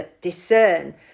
discern